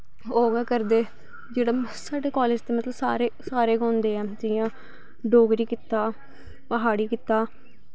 ओह् गै करदे जेह्ड़ा साढ़े कालेज़ ते मतलव सारे सारे गै होंदे ऐ जियां डोगरी कीता प्हाड़ी कीता